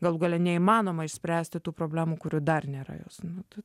galų gale neįmanoma išspręsti tų problemų kurių dar nėra jos nu